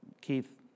Keith